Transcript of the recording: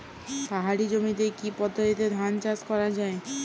পাহাড়ী জমিতে কি পদ্ধতিতে ধান চাষ করা যায়?